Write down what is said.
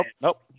nope